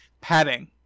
padding